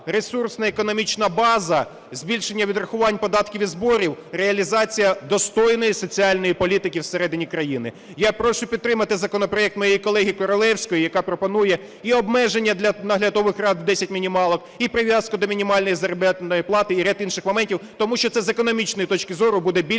ресурсна економічна база, збільшення відрахувань податків і зборів, реалізація достойної соціальної політики всередині країни. Я прошу підтримати законопроект моєї колеги Королевської, яка пропонує і обмеження для наглядових рад в 10 мінімалок, і прив'язку до мінімальної заробітної плати, і ряд інших моментів. Тому що це з економічної точки зору буде більш